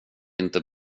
inte